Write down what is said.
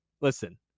listen